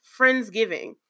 Friendsgiving